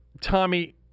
Tommy